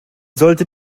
sollte